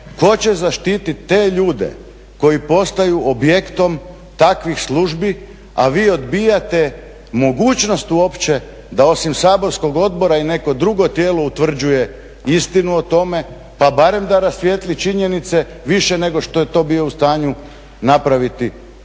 Tko će zaštiti te ljude koji postaju objektom takvih službi, a vi odbijate mogućnost uopće da osim saborskog odbora i neko drugo tijelo utvrđuje istinu o tome pa barem da rasvijetli činjenice više nego što je to bio u stanju napraviti Odbor